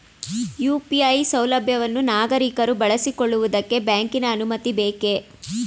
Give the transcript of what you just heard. UPI ಸೌಲಭ್ಯವನ್ನು ನಾಗರಿಕರು ಬಳಸಿಕೊಳ್ಳುವುದಕ್ಕೆ ಬ್ಯಾಂಕಿನ ಅನುಮತಿ ಬೇಕೇ?